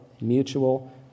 mutual